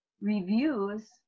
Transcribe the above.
reviews